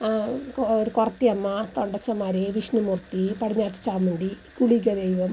ഒരു കുറത്തിയമ്മ തൊണ്ടച്ചമാരി വിഷ്ണുമൂർത്തി പടിഞ്ഞാട്ട് ചാമുണ്ഡി ഇങ്ങനെയൊക്കെ ദൈവം